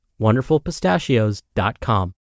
WonderfulPistachios.com